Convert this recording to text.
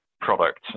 product